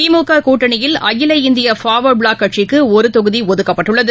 திமுககூட்டணியில் அகில இந்திய ஃபார்வர்டுபிளாக் கட்சிக்குஒருதொகுதிஒதுக்கப்பட்டுள்ளது